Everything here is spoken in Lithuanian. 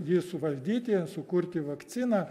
jį suvaldyti sukurti vakciną